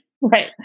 Right